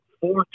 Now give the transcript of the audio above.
four